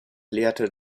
lehrte